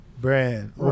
brand